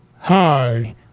Hi